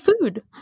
food